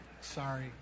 Sorry